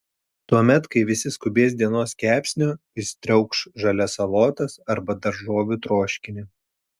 tuomet kai visi skubės dienos kepsnio jis triaukš žalias salotas arba daržovių troškinį